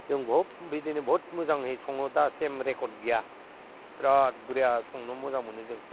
जों बहुद बिदिनो बहुद मोजाङै सङो दासिम रेकर्ड गैया बिराद बरहिया संनो मोजां मोनो जों